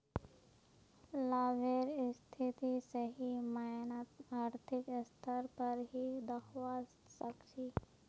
लाभेर स्थिति सही मायनत आर्थिक स्तर पर ही दखवा सक छी